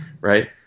right